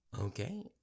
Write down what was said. Okay